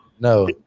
No